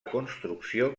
construcció